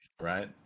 right